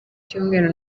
cyumweru